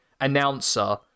announcer